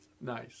Nice